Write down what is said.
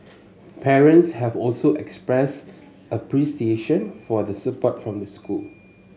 parents have also expressed appreciation for the support from the school